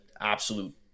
absolute